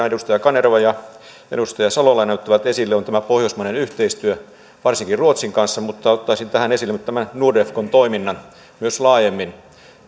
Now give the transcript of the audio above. edustaja kanerva ja edustaja salolainen ottivat esille on tämä pohjoismainen yhteistyö varsinkin ruotsin kanssa mutta ottaisin tähän esille nyt tämän nordefcon toiminnan myös laajemmin